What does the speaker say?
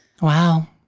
Wow